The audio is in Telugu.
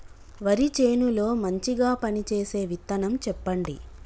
వరి చేను లో మంచిగా పనిచేసే విత్తనం చెప్పండి?